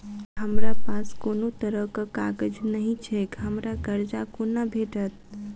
हमरा पास कोनो तरहक कागज नहि छैक हमरा कर्जा कोना भेटत?